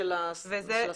בתקנות של השר?